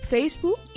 Facebook